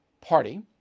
party